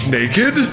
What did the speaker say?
naked